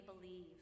believe